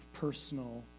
personal